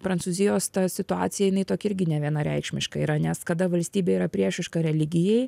prancūzijos ta situacija jinai tokia irgi nevienareikšmiška yra nes kada valstybė yra priešiška religijai